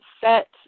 set